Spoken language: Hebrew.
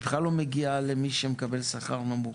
בכלל לא מגיעה למי שמקבל שכר נמוך.